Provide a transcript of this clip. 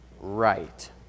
right